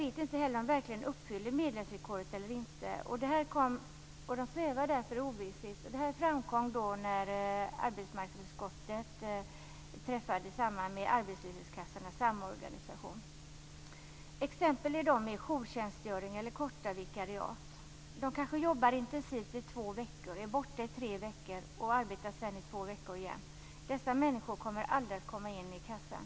Det här framkom när arbetsmarknadsutskottet träffade Arbetslöshetskassornas samorganisation. Jag tänker t.ex. på dem med jourtjänstgöring eller korta vikariat. Dessa människor kommer aldrig att komma in i a-kassan.